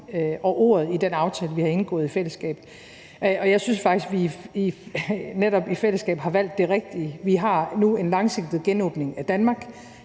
og ordet i den aftale, vi har indgået i fællesskab. Jeg synes faktisk, at vi netop i fællesskab har valgt det rigtige. Vi har nu en langsigtet genåbningsplan for Danmark.